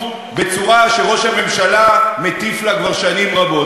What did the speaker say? בצורה שראש הממשלה מטיף לה כבר שנים רבות?